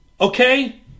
okay